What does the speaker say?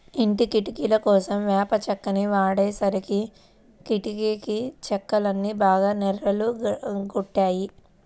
ఇంటి కిటికీలకోసం వేప చెక్కని వాడేసరికి కిటికీ చెక్కలన్నీ బాగా నెర్రలు గొట్టాయి